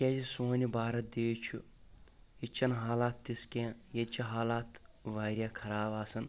تِکیٛازِ سون یہِ بھارت دیش چھُ ییٚتہِ چھنہٕ حالات تِژھ کیٚنٛہہ ییٚتہِ چھِ حالات واریاہ خراب آسان